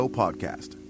podcast